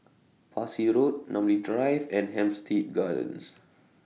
Parsi Road Namly Drive and Hampstead Gardens